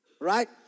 Right